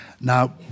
Now